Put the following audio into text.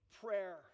prayer